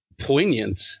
poignant